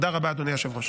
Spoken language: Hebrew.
תודה רבה, אדוני היושב-ראש.